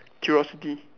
curiosity